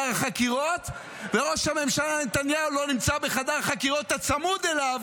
חקירות וראש הממשלה נתניהו לא נמצא בחדר חקירות הצמוד אליו